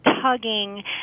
tugging